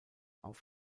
auf